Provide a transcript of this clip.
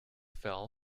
fell